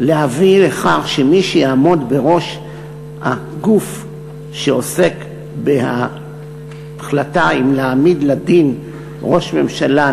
להביא לכך שמי שיעמוד בראש הגוף שעוסק בהחלטה אם להעמיד לדין ראש ממשלה,